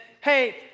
hey